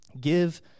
give